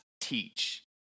teach